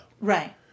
Right